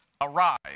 Arise